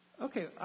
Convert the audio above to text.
Okay